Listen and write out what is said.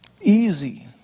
easy